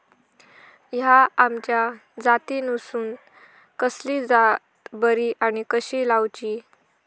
हया आम्याच्या जातीनिसून कसली जात बरी आनी कशी लाऊची?